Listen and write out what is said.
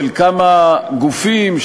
של כמה גופים,